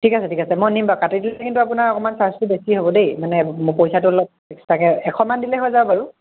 ঠিক আছে ঠিক আছে মই নিম বাৰু কাটিলে কিন্তু আপোনাৰ চাৰ্জটো বেছি হ'ব দেই মানে পইচাটো অলপ এক্সট্ৰাকৈ এশমান দিলে হৈ যাব বাৰু